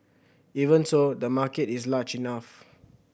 even so the market is large enough